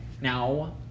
Now